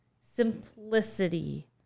simplicity